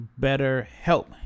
BetterHelp